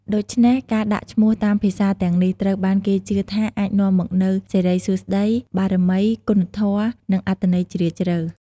ដូច្នេះ ការដាក់ឈ្មោះតាមភាសាទាំងនេះ ត្រូវបានគេជឿថាអាចនាំមកនូវ សិរីសួស្ដី បារមី គុណធម៌ និងអត្ថន័យជ្រាលជ្រៅ។